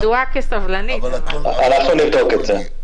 אני ידועה כסבלנית, אבל --- אנחנו נבדוק את זה.